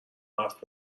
حرف